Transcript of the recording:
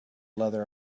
leather